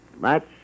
match